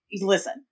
listen